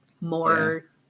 more